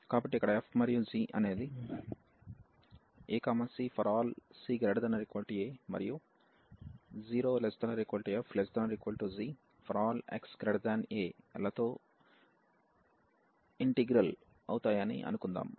కాబట్టి ఇక్కడ f మరియు g అనేది ac∀c≥a మరియు 0≤f≤g∀xa లతో ఇంటిగ్రల్ అవుతాయని అనుకుందాం